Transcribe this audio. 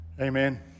Amen